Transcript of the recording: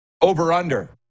over-under